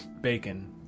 bacon